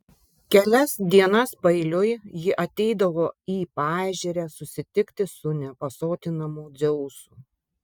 kelias dienas paeiliui ji ateidavo į paežerę susitikti su nepasotinamu dzeusu